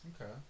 Okay